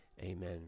amen